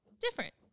different